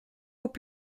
hauts